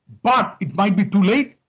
but it might be too late,